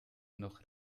noch